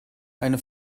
eine